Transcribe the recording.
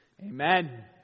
Amen